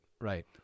right